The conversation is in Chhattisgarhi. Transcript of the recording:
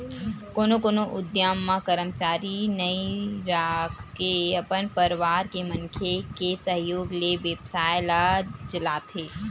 कोनो कोनो उद्यम म करमचारी नइ राखके अपने परवार के मनखे के सहयोग ले बेवसाय ल चलाथे